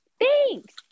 Thanks